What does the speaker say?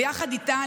ויחד איתה,